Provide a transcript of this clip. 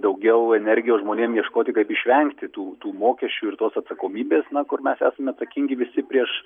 daugiau energijos žmonėm ieškoti kaip išvengti tų tų mokesčių ir tos atsakomybės na kur mes esam atsakingi visi prieš